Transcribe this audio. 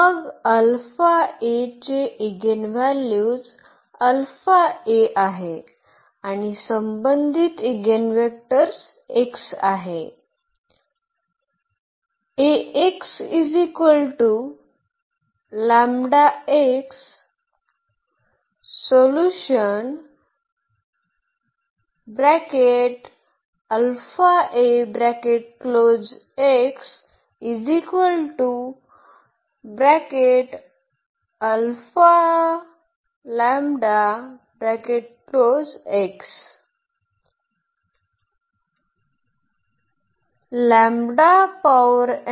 मग चे इगेनव्हॅल्यूज आहे आणि संबंधित ईगेनवेक्टर्स x आहे